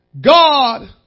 God